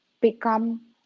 Become